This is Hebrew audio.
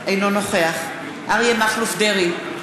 אינו נוכח אריה מכלוף דרעי,